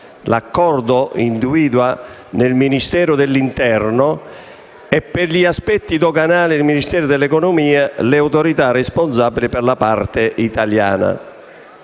L'Accordo individua nel Ministero dell'interno e, per gli aspetti doganali, nel Ministero dell'economia le autorità responsabili per la parte italiana.